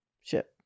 ship